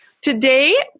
Today